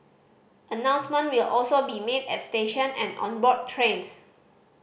announcements will also be made at station and on board trains